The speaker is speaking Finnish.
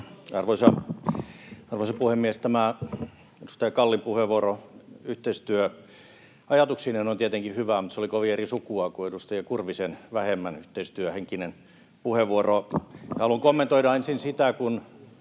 Arvoisa puhemies! Tämä edustaja Kallin puheenvuoro yhteistyöajatuksineen on tietenkin hyvä, mutta se oli kovin eri sukua kuin edustaja Kurvisen vähemmän yhteistyöhenkinen puheenvuoro. Haluan kommentoida ensin sitä,